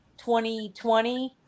2020